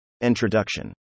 Introduction